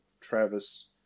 Travis